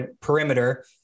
perimeter